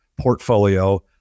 portfolio